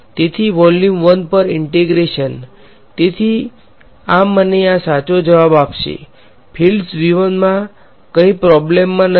તેથી વોલ્યુમ 1 પર ઈંટેગ્રેશન તેથી આ મને આ સાચો જવાબ આપશે ફીલ્ડ્સ મા કઈ પ્રોબ્લેમ માં નથી